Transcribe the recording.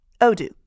Odoo